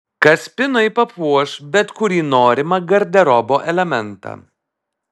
kaspinai papuoš bet kurį norimą garderobo elementą